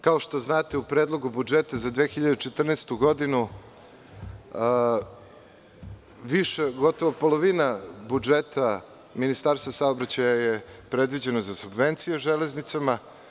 Kao što znate, u Predlogu budžeta za 2014. godinu više, gotovo polovina budžeta Ministarstva saobraćaja je predviđena sa subvencije Železnicama.